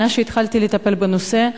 מאז התחלתי לטפל בנושא,